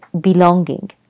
belonging